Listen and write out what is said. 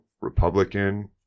Republican